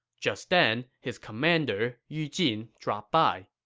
just then, his commander yu jin dropped by.